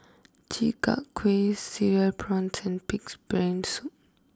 Chi Kak Kuih Cereal Prawns and Pig's Brain Soup